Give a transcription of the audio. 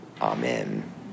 Amen